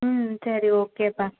ம் சரி ஓகேப்பா